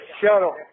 shuttle